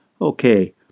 Okay